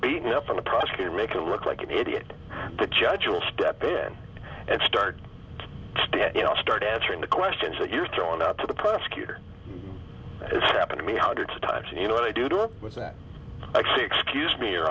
beating up on the prosecutor make you look like an idiot the judge will step in and start to stand you know start answering the questions that you're throwing out to the prosecutor as happened to me hundreds of times and you know what i do with that actually excuse me